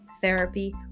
therapy